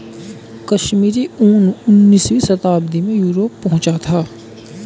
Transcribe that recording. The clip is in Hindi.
कश्मीरी ऊन उनीसवीं शताब्दी में यूरोप पहुंचा था